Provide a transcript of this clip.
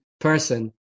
person